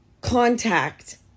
contact